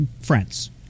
friends